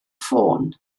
ffôn